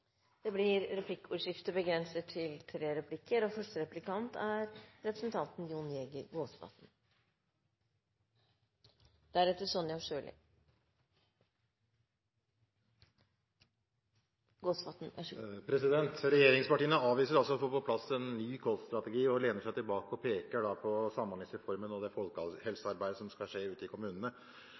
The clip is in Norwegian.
Det blir replikkordskifte. Regjeringspartiene avviser altså å få på plass en ny kolsstrategi, og lener seg tilbake og peker på Samhandlingsreformen og det folkehelsearbeidet som skal skje ute i kommunene.